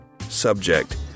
subject